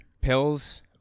pills